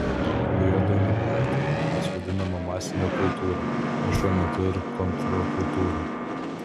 joje dominuoja tai kas vadinama masine kultūra o šiuo metu ir kontrkultūra